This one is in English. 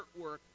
artwork